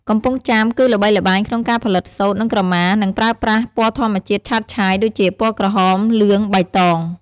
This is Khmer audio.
កំពង់ចាម គឺល្បីល្បាញ ក្នុងការផលិតសូត្រ និងក្រមា និងប្រើប្រាស់ ពណ៌ធម្មជាតិឆើតឆាយ ដូចជា ពណ៌ក្រហម លឿង បៃតង។